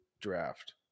draft